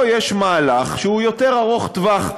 פה יש מהלך שהוא יותר ארוך טווח.